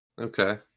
Okay